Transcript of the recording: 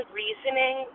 reasoning